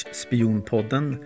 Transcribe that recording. spionpodden